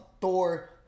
Thor